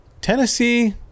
Tennessee